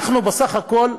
אנחנו בסך הכול,